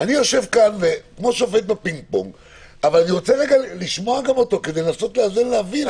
אבל אני רוצה לשמוע גם אותו כדי לנסות להבין את זה.